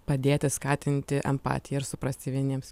padėti skatinti empatiją ir suprasti vieniems